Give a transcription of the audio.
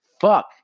fuck